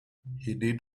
did